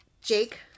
Jake